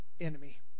enemy